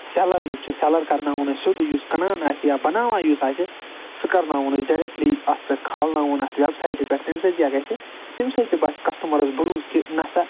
seller یُس چھُ seller کَرناوہون أسۍ سیٛودُے یُس کٕنان آسہِ یا بناوان یُس آسہِ سُہ کرناوہون أسۍ ڈایریٚکٹٕلی اَتھ پٮ۪ٹھ کھالناوہون اَتھ ویٚب سایٹہِ پٮ۪ٹھ تَمہِ سۭتۍ کیٛاہ گَژھہِ تَمہِ سۭتۍ تہِ باسہِ کَسٹَمَرَس بھروسہٕ کہِ نَہ سا